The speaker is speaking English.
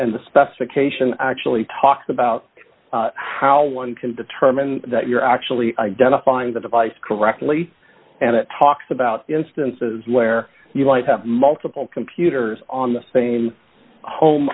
and the specification actually talks about how one can determine that you're actually identifying the device correctly and it talks about instances where you might have multiple computers on the same home